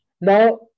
now